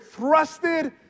thrusted